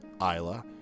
Isla